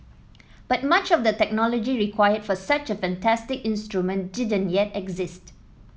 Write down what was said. but much of the technology required for such a fantastic instrument didn't yet exist